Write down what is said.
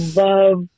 love